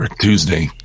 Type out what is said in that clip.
Tuesday